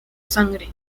sangre